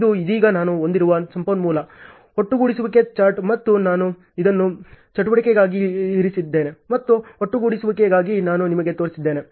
ಇದು ಇದೀಗ ನಾನು ಹೊಂದಿರುವ ಸಂಪನ್ಮೂಲ ಒಟ್ಟುಗೂಡಿಸುವಿಕೆ ಚಾರ್ಟ್ ಮತ್ತು ನಾನು ಇದನ್ನು ಚಟುವಟಿಕೆಗಾಗಿ ಇರಿಸಿದ್ದೇನೆ ಮತ್ತು ಒಟ್ಟುಗೂಡಿಸುವಿಕೆಗಾಗಿ ನಾನು ನಿಮಗೆ ತೋರಿಸಿದ್ದೇನೆ